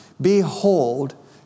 Behold